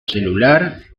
celular